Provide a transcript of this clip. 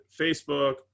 Facebook